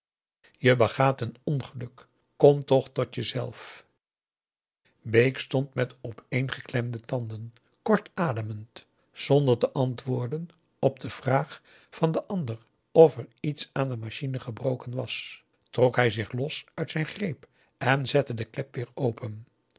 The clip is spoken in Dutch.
je begaat een ongeluk kom toch tot je zelf bake stond met opeengeklemde tanden kort ademend zonder te antwoorden op de vraag van den augusta de wit orpheus in de dessa ander of er iets aan de machine gebroken was trok hij zich los uit zijn greep en zette de klep weer open